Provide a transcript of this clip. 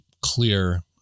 clear